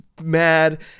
mad